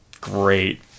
great